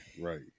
Right